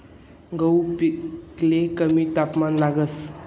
गहूना पिकले कमी तापमान लागस